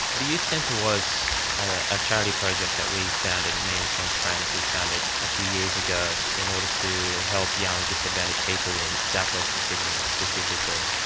the youth centre was a charity project that we founded, me and some friends, we founded a few years ago in ordered to help young disadvantaged people in south-western sydney specifically.